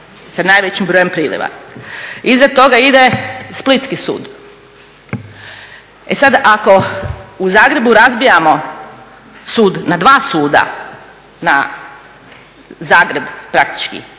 sa najvećim brojem priliva. Iza toga ide splitski sud. E sad, ako u Zagrebu razbijamo sud na dva suda, na Zagreb praktički